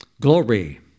Glory